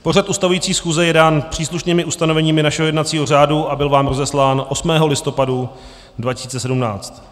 Pořad ustavující schůze je dán příslušnými ustanoveními našeho jednacího řádu a byl vám rozeslán 8. listopadu 2017.